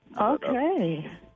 Okay